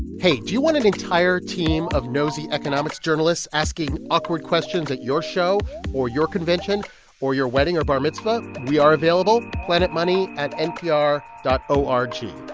hey. do you want an entire team of nosy economics journalists asking awkward questions at your show or your convention or your wedding or bar mitzvah? we are available. planetmoney at npr dot o r g.